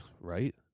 right